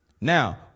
Now